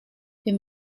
wir